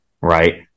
right